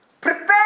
Prepare